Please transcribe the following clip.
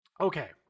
Okay